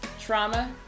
trauma